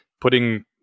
putting